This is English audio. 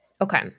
Okay